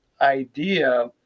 idea